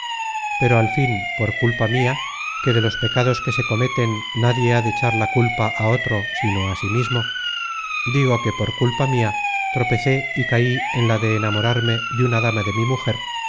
pero al fin por culpa mia que de los pecados que se cometen nadie ha de echar la culpa á otro sino á sí mismo digo que por culpa mia tropecé y cai en la de enamorarme de una dama de mi mujer